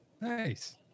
Nice